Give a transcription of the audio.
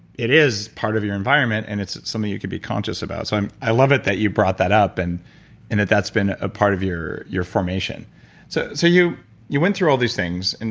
it is part of your environment, and it's something you can be conscious about. so i love it that you brought that up, and and that that's been a part of your your formation so so you you went through all these things, and